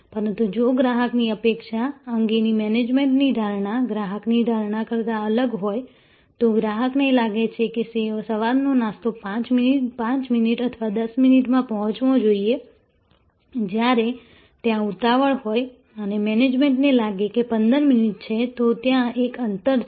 પરંતુ જો ગ્રાહકની અપેક્ષા અંગેની મેનેજમેન્ટની ધારણા ગ્રાહકની ધારણા કરતાં અલગ હોય તો ગ્રાહકને લાગે છે કે સવારનો નાસ્તો 5 મિનિટ અથવા 10 મિનિટમાં પહોંચવો જોઈએ જ્યારે ત્યાં ઉતાવળ હોય અને મેનેજમેન્ટને લાગે કે 15 મિનિટ છે તો ત્યાં એક અંતર છે